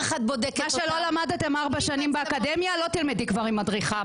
את בודקת -- מה שלא למדתם ארבע שנים באקדמיה לא תלמדו עם מדריכה.